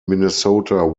minnesota